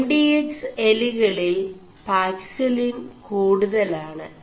M D X എലികളിൽ paxillin കൂടുതലാണ്